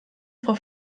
frau